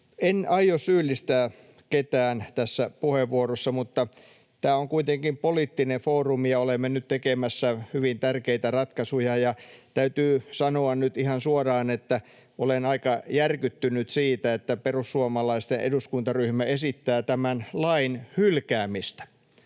En aio syyllistää ketään tässä puheenvuorossa, mutta tämä on kuitenkin poliittinen foorumi, ja olemme nyt tekemässä hyvin tärkeitä ratkaisuja, ja täytyy sanoa nyt ihan suoraan, että olen aika järkyttynyt siitä, että perussuomalaisten eduskuntaryhmä esittää tämän lain hylkäämistä.